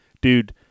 Dude